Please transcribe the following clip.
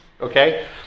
Okay